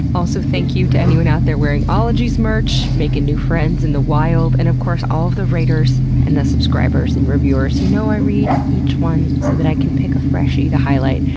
also, thank you to anyone out there wearing ologies merch, making new friends in the wild, and of course all of the raters and the subscribers and reviewers. you know i read each one so that i can pick a freshie to highlight.